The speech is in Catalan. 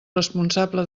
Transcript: responsable